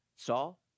Saul